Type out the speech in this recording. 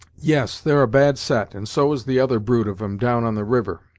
yes, they're a bad set, and so is the other brood of em, down on the river.